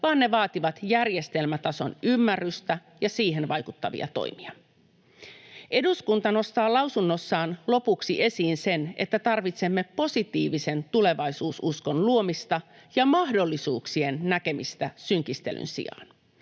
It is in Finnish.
vaan ne vaativat järjestelmätason ymmärrystä ja siihen vaikuttavia toimia. Eduskunta nostaa lausunnossaan lopuksi esiin sen, että tarvitsemme positiivisen tulevaisuususkon luomista ja mahdollisuuksien näkemistä synkistelyn sijaan.